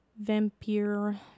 Vampire